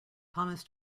thomas